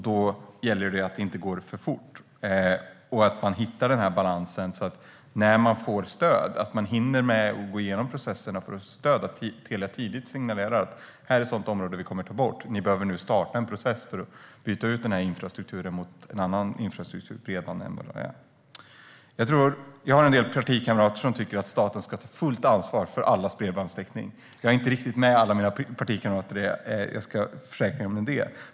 Då gäller det att det inte går för fort och att man hittar en balans, så att man får stöd och hinner gå igenom processerna för att stödja, att Telia tidigt signalerar: Detta är ett område där vi kommer att ta bort, och ni behöver nu starta en process för att byta ut den här infrastrukturen mot annan infrastruktur, bredband eller vad det är. Jag har en del partikamrater som tycker att staten ska ta fullt ansvar för allas bredbandstäckning, men jag är inte riktigt med alla mina partikamrater i fråga om det.